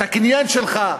את הקניין שלך,